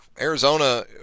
Arizona